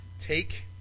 Take